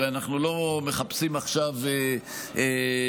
הרי אנחנו לא מחפשים עכשיו להתנכל